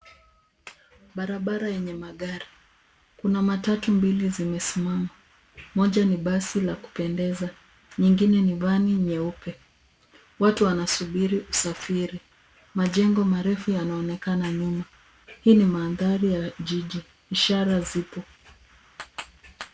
Barabara yenye magari. Kuna matatu mbili zimesimama. Moja ni basi la kupendeza, nyingine ni van nyeupe. Watu wanasubiri usafiri. Majengo marefu yanaonekana nyuma. Hii ni mandhari ya jiji. Ishara zipo.